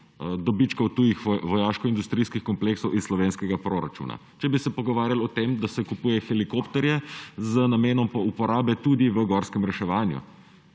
dobičkov tujih vojaškoindustrijskih kompleksov iz slovenskega proračuna. Če bi se pogovarjali o tem, da se kupujejo helikopterji z namenom uporabe tudi v gorskem reševanju